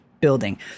building